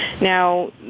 Now